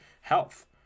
health